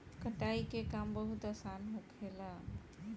कटाई के काम बहुत आसान होखेला